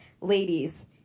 ladies